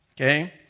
Okay